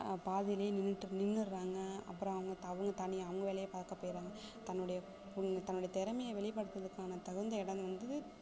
பாதியிலையே நின்றுட்டு நின்றுர்றாங்க அப்புறம் அவங்க த அவங்க தனியாக அவங்க வேலையை பார்க்க பேயிட்றாங்க தன்னுடைய தன்னுடைய திறமையை வெளிப்படுத்துறதுக்கான தகுந்த இடம் வந்து